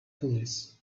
pulleys